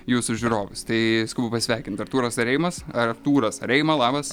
jūsų žiūrovus tai skubu pasisveikint artūras areimas artūras areima labas